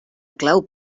clau